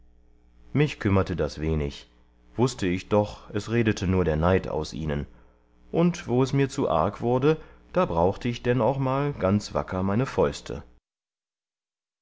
mich kümmerte das wenig wußte ich doch es redete nur der neid aus ihnen und wo es mir zu arg wurde da brauchte ich denn auch einmal ganz wacker meine fäuste